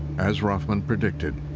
as roffman predicted,